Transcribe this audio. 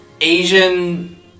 Asian